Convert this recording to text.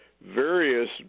various